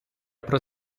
про